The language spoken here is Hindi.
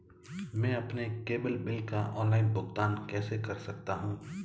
मैं अपने केबल बिल का ऑनलाइन भुगतान कैसे कर सकता हूं?